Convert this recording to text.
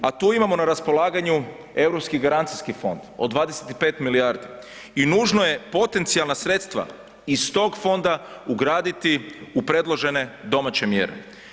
A tu imamo na raspolaganju Europski garancijski fond od 25 milijardi i nužno je potencijalna sredstava iz tog fonda ugraditi u predložene domaće mjere.